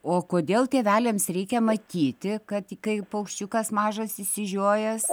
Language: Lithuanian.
o kodėl tėveliams reikia matyti kad kai paukščiukas mažas išsižiojęs